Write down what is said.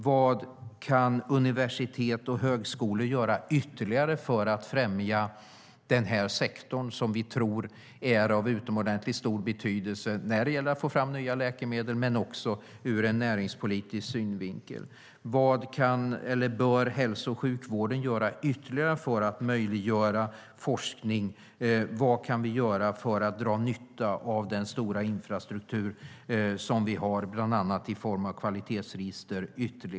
Vad kan universitet och högskolor ytterligare göra för att främja den här sektorn, som vi tror är av utomordentligt stor betydelse när det gäller att få fram nya läkemedel men också ur en näringspolitisk synvinkel? Vad bör hälso och sjukvården ytterligare göra för att möjliggöra forskning? Vad kan vi göra för att dra nytta av den stora infrastruktur som vi har bland annat i form av kvalitetsregister?